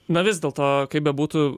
na vis dėlto kaip bebūtų